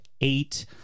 eight